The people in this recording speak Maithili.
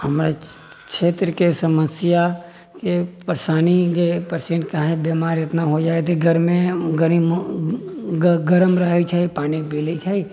हमर क्षेत्र के समस्या के परेशानी जे पेशेन्ट काहे बीमार एतना हो जाइत है गरमे गरिम गरम रहै छै पानि पी लै छै